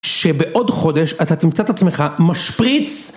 שבעוד חודש אתה תמצא את עצמך, משפריץ.